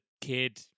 kid